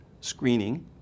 screening